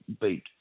beat